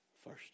first